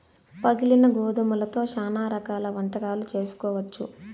పగిలిన గోధుమలతో శ్యానా రకాల వంటకాలు చేసుకోవచ్చు